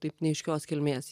taip neaiškios kilmės